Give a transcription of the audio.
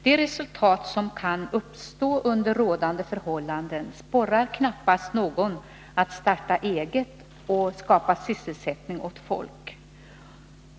Det resultat som kan uppstå under rådande förhållanden sporrar knappast någon att starta eget för att skapa sysselsättning åt folk.